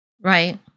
Right